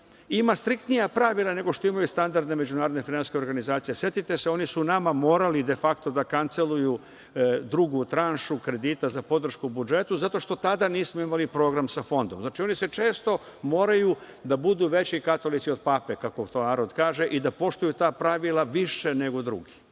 ima striktnija pravila nego što imaju standarde međunarodne finansijske organizacije. Setite se oni su nama morali de fakto da kanseluju drugu tranšu kredita za podršku budžetu zato što tada nismo imali program sa Fondom. Znači, oni često moraju da budu veći katolici od pape, kako to narod kaže i da poštuju ta pravila više nego drugi. Znači,